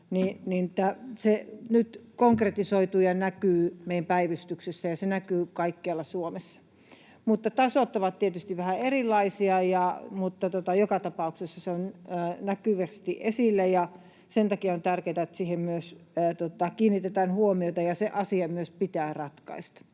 se nyt konkretisoituu ja näkyy meidän päivystyksessä, ja se näkyy kaikkialla Suomessa. Tasot ovat tietysti vähän erilaisia, mutta joka tapauksessa se on näkyvästi esillä, ja sen takia on tärkeätä, että siihen myös kiinnitetään huomiota, ja se asia myös pitää ratkaista.